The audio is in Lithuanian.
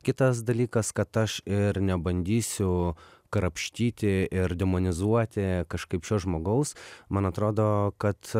kitas dalykas kad aš ir nebandysiu krapštyti ir demonizuoti kažkaip šio žmogaus man atrodo kad